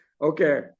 Okay